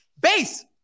base